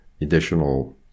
additional